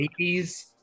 80s